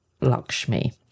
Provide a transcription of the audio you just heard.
Lakshmi